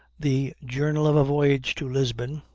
the journal of a voyage to lisbon,